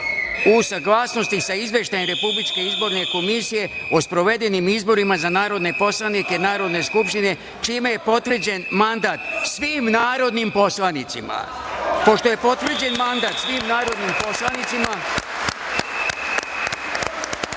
u saglasnosti sa Izveštajem Republičke izborne komisije o sprovedenim izborima za narodne poslanike Narodne skupštine, čime je potvrđen mandat svim narodnim poslanicima. Pošto je potvrđen mandat svim narodnim poslanicima,